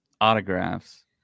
autographs